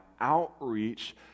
outreach